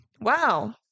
Wow